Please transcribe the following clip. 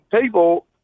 people